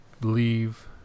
leave